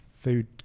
food